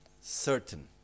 certain